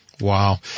Wow